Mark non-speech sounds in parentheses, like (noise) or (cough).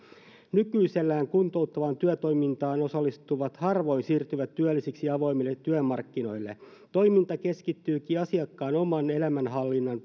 nykyisellään kuntouttavaan työtoimintaan osallistuvat harvoin siirtyvät työllisiksi avoimille työmarkkinoille toiminta keskittyykin asiakkaan oman elämänhallinnan (unintelligible)